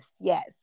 yes